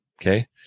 okay